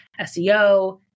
SEO